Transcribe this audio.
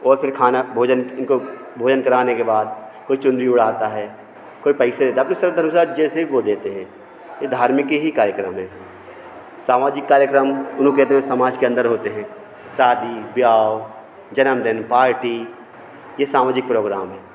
और फिर खाना भोजन उनको भोजन कराने के बाद कोई चुनरी ओढ़ाता है कोई पैसे देता है अपनी श्रद्धा अनुसार जैसी ही वे देते है ये धार्मिक के ही कार्यक्रम हैं सामाजिक कार्यक्रम वह लोग कहते हैं समाज के अंदर होते हैं शादी ब्याह हो जन्मदिन पार्टी ये सामाजिक प्रोग्राम हैं